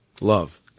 love